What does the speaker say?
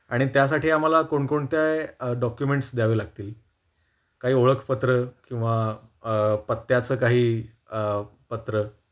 आणि त्यासाठी आम्हाला कोणकोणत्या डॉक्युमेंट्स द्यावे लागतील काही ओळखपत्र किंवा पत्त्याचं काही पत्र